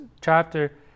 chapter